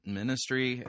ministry